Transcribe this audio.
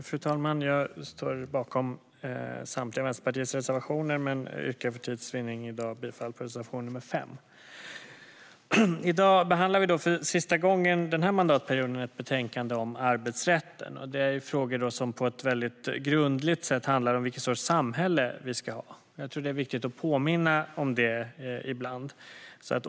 Fru talman! Jag står bakom Vänsterpartiets samtliga reservationer men yrkar för tids vinnande bifall endast till reservation nr 5. I dag behandlar vi för sista gången den här mandatperioden ett betänkande om arbetsrätten. Det här är frågor som på ett väldigt grundligt sätt handlar om vilken sorts samhälle vi ska ha. Jag tror att det är viktigt att påminna om det ibland.